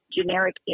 generic